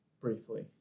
briefly